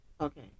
okay